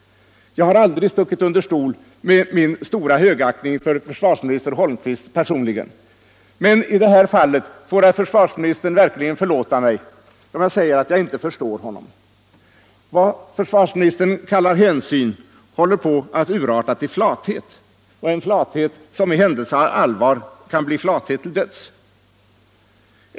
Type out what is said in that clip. Jag har aldrig stuckit under stol med min stora högaktning för försvarsminister Holmqvist personligen, men i detta fall får herr försvarsministern verkligen förlåta mig om jag säger att jag inte förstår honom. Vad försvarsministern kallar hänsyn håller på att urarta till flathet, och en flathet som i händelse av allvar kan bli flathet till döds.